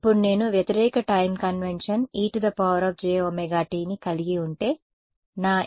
ఇప్పుడు నేను వ్యతిరేక టైమ్ కన్వెన్షన్ ejωt ని కలిగి ఉంటే నా s p − jq అవుతుంది సరే